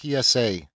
PSA